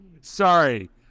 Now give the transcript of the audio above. Sorry